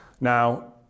Now